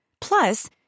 Plus